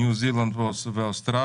ניו זילנד ואוסטרליה.